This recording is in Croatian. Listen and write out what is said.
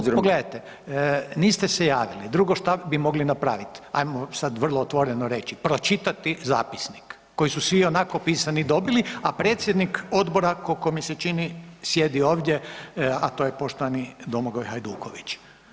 Ali pogledajte, niste se javili, drugo, što bi vi mogli napraviti, ajmo sad vrlo otvoreno reći, pročitati zapisnik koji su svi ionako pisani dobili, a predsjednik Odbora, koliko mi se čini, sjedi ovdje, a to je poštovani Domagoj Hajduković.